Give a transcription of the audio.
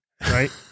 Right